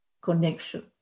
connection